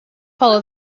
follow